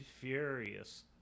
furious